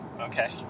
okay